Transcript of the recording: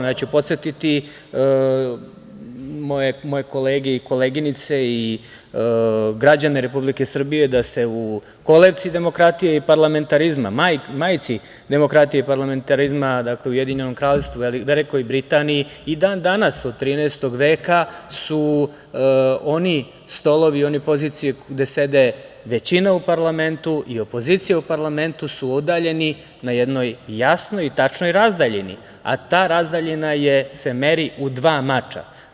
Podsetiću moje kolege i koleginice i građane Republike Srbije da u kolevci demokratije i parlamentarizma, majci demokratije i parlamentarizma, dakle u Ujedinjenom kraljevstvu, u Velikoj Britaniji, i dan danas, od 13 veka, su oni stolovi, one pozicije gde sedi većina u parlamentu i opozicija u parlamentu su udaljeni na jednoj jasnoj i tačnoj razdaljini, a ta razdaljina se meri u dva mača.